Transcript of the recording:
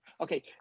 Okay